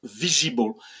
visible